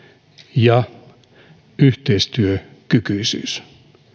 ja yhteistyökykyisyys